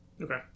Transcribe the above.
Okay